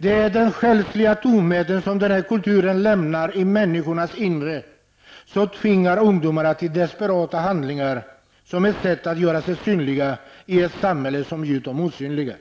Det är den själsliga tomhet som den här kulturen lämnar i människornas inre som tvingar ungdomar till desperata handlingar, som ett sätt att göra sig synliga i ett samhälle som gjort dem osynliga.